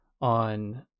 on